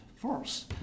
force